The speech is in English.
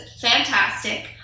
fantastic